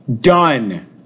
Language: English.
done